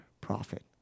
prophet